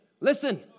Listen